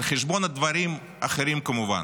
על חשבון הדברים האחרים, כמובן: